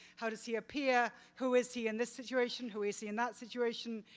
how does he appear, who is he in this situation, who is he in that situation?